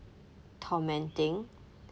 tormenting